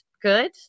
Good